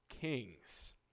kings